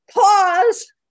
pause